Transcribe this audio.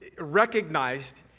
recognized